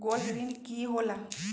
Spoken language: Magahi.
गोल्ड ऋण की होला?